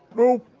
no,